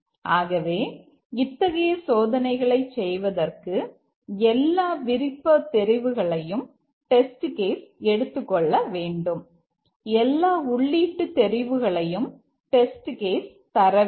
ஆகவே இத்தகைய சோதனைகளை செய்வதற்கு எல்லா விருப்ப தெரிவுகளையும் டெஸ்ட் கேஸ் எடுத்துக்கொள்ள வேண்டும் எல்லா உள்ளீட்டு தெரிவுகளையும் டெஸ்ட் கேஸ் தரவேண்டும்